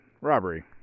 robbery